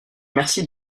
merci